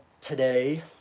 today